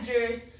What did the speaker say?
managers